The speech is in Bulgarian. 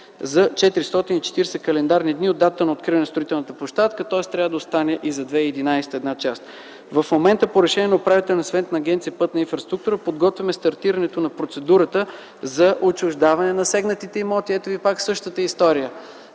за 440 календарни дни от датата на откриване на строителната площадка. Тоест една част трябва да остане и за 2011 г. В момента по решение на Управителния съвет на Агенция „Пътна инфраструктура” подготвяме стартирането на процедурата за отчуждаване на засегнатите имоти. Ето ви пак същата история